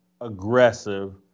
aggressive